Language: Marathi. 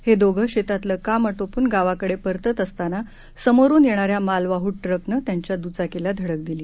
हे दोघं शेतातलं काम आटोपून गावाकडे परतत असताना समोरून येणाऱ्या मालवाह टुकनं त्यांच्या दुचाकीला धडक दिली